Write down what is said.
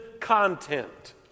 content